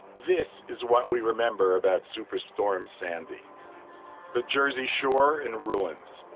this is what we remember about superstorm sandy the jersey shore in ruins,